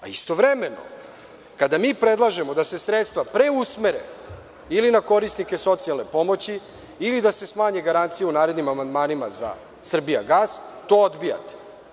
Istovremeno, kada mi predlažemo da se sredstva preusmere ili na korisnike socijalne pomoći ili da se smanje garancije, u narednim amandmanima, za „Srbijagas“, to odbijate.